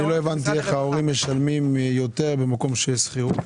אני לא הבנתי איך ההורים משלמים יותר במקום שיש שכירות.